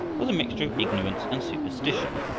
was a mixture of ignorance and superstition,